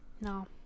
No